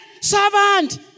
servant